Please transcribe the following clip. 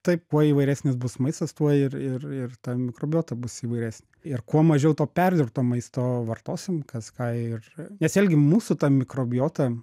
taip kuo įvairesnis bus maistas tuo ir ir ir ta mikrobiota bus įvairesnė ir kuo mažiau to perdirbto maisto vartosim kas ką ir nes vėlgi mūsų ta mikrobiota